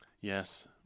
Yes